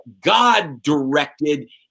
God-directed